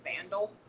Vandal